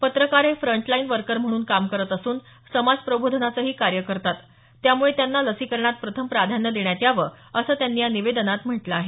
पत्रकार हे frontline worker म्हणून काम करत असून समाजप्रबोधनाचंही कार्य करतात त्यामुळे त्यांना लसीकरणात प्रथम प्राधान्य देण्यात यावं असं त्यांनी या निवेदनात म्हटलं आहे